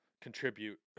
contribute